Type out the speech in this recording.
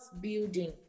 building